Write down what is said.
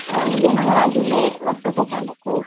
ಒ Vijayanagara ಜಿಲ್ಲೆ ಹೊಸ್ಪೇಟೆ ತಾಲ್ಲೂಕು